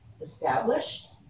established